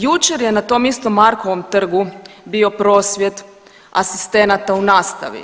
Jučer je na tom istom Markovom trgu bio prosvjed asistenata u nastavi.